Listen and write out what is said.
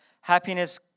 Happiness